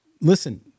Listen